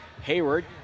Hayward